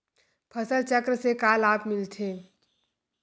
फसल चक्र से का लाभ मिलथे?